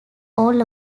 all